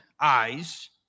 eyes